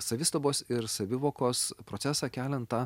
savistabos ir savivokos procesą keliant tą